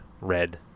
Red